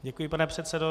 Děkuji, pane předsedo.